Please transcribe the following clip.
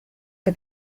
que